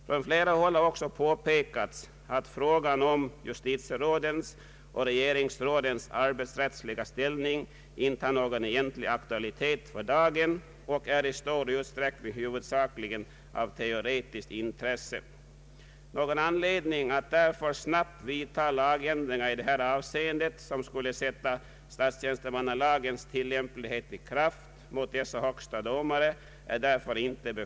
Från flera håll har också påpekats att frågan om justitierådens och regeringsrådens arbetsrättsliga ställning inte har någon egentlig aktualitet för dagen och är i stor utsträckning huvudsakligen av teoretiskt intresse. Någon anledning att snabbt vidta lagändringar i det här avseendet som skulle sätta statstjänstemannalagens tillämplighet i kraft mot dessa högsta domare finns därför inte.